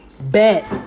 Bet